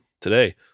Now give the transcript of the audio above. today